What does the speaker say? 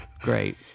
Great